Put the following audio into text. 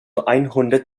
einhundert